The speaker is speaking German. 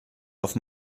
auf